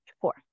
Four